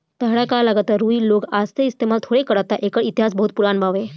ताहरा का लागता रुई लोग आजे से इस्तमाल थोड़े करता एकर इतिहास बहुते पुरान बावे